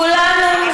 כולנו,